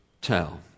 tell